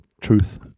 Truth